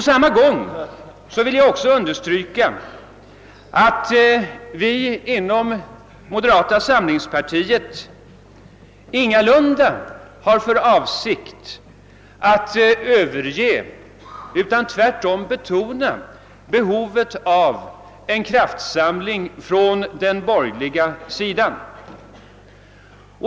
Samtidigt vill jag understryka att vi inom moderata samlingspartiet ingalunda har för avsikt alt överge utan tvärtom betona behovet av en kraftsamling på den borgerliga sidan.